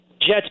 Jets